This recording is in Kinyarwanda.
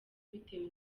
bitewe